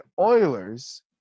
Oilers